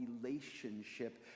relationship